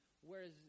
whereas